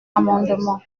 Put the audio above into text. amendement